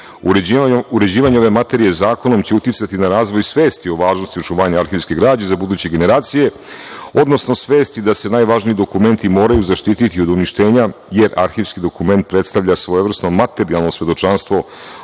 Uređivanje ove materije zakonom će uticati na razvoj svesti o važnosti očuvanja arhivske građe i za buduće generacije, odnosno svesti da se najvažniji dokumenti moraju zaštiti od uništenja jer arhivski dokument predstavlja svojevrsno materijalno svedočanstvo